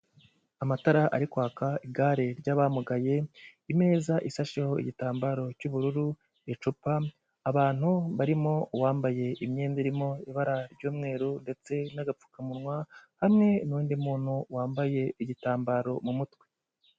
Amatara ari kwaka, igare ry'abamugaye, imeza isasheho igitambaro cy'ubururu, icupa, abantu barimo uwambaye imyenda irimo ibara ry'umweru ndetse n'agapfukamunwa, hamwe n'undi muntu wambaye igitambaro mu mutwe.